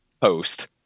post